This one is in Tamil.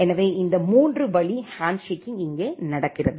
எனவே இந்த மூன்று வழி ஹேண்ட்ஷேக்கிங் இங்கே நடக்கிறது